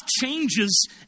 changes